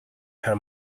her